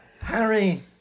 Harry